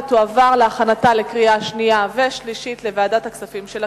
ותועבר להכנתה לקריאה שנייה ולקריאה שלישית לוועדת הכספים של הכנסת.